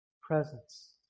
Presence